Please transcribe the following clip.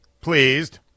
pleased